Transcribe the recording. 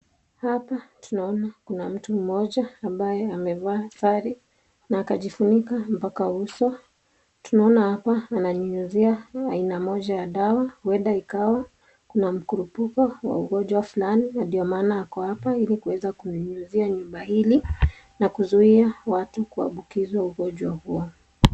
Hapa tunaona kuna mtu mmoja ambaye amevaa sare na akajifunika mpaka uso. Tunaona hapa ananyunyizia aina moja ya dawa huenda ikawa kuna mkurupuko wa ugonjwa fulani na ndio maana ako hapa ili kuweza kunyunyizia nyumba hili na kuzuia watu kuambukizwa ugonjwa huo.